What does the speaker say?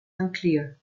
unclear